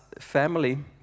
family